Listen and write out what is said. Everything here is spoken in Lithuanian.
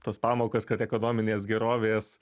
tas pamokas kad ekonominės gerovės